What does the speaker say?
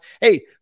Hey